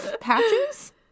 Patches